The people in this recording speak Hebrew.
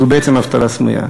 זו בעצם אבטלה סמויה.